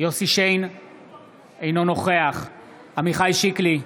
אינו נוכח עמיחי שיקלי,